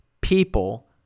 people